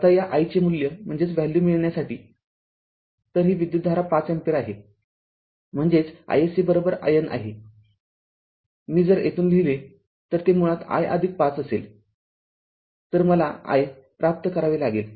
आता या i चे मूल्य मिळण्यासाठी तर ही विद्युतधारा ५अँपिअर आहे म्हणजेच iSC IN आहेमी जर येथून लिहिले तरते मुळात i ५ असेलतर मला i प्राप्त करावे लागेल